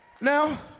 Now